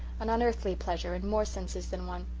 an unearthly pleasure, in more senses than one.